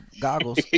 goggles